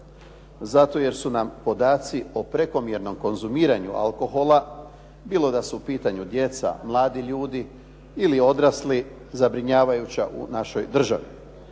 zato jer su nam podaci o prekomjernom konzumiranju alkohola, bilo da su u pitanju djeca, mladi ljudi ili odrasli, zabrinjavajuća u našoj državi.